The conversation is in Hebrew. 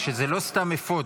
שזה לא סתם אפוד.